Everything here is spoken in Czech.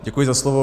Děkuji za slovo.